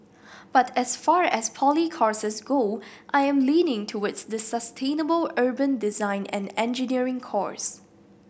but as far as poly courses go I am leaning towards the sustainable urban design and engineering course